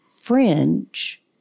fringe